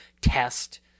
test